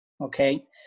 okay